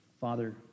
Father